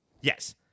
Yes